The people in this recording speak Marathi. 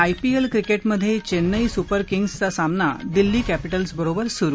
आयपीएल क्रिकेटमधे चेन्नई सुपर किंग्जचा सामना दिल्ली कॅपिटल्स बरोबर सुरु